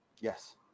yes